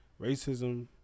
racism